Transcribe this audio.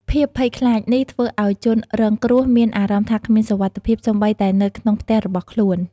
ភាពភ័យខ្លាចនេះធ្វើឲ្យជនរងគ្រោះមានអារម្មណ៍ថាគ្មានសុវត្ថិភាពសូម្បីតែនៅក្នុងផ្ទះរបស់ខ្លួន។